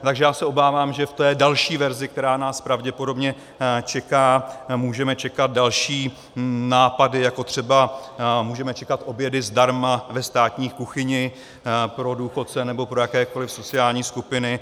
Takže já se obávám, že v té další verzi, která nás pravděpodobně čeká, můžeme čekat další nápady, jako třeba můžeme čekat obědy zdarma ve státní kuchyni pro důchodce nebo pro jakékoli sociální skupiny.